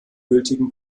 gültigen